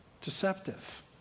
deceptive